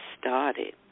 started